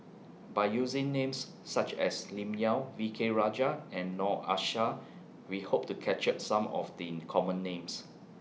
By using Names such as Lim Yau V K Rajah and Noor Aishah We Hope to capture Some of The Common Names